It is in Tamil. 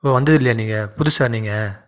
ஓ வந்ததில்லையா நீங்கள் புதுசா நீங்கள்